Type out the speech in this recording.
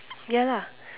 ya lah